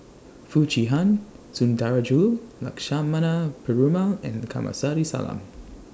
Foo Chee Han Sundarajulu Lakshmana Perumal and Kamsari Salam